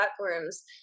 platforms